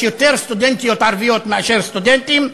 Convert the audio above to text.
יש יותר סטודנטיות ערביות מאשר סטודנטים,